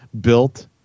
built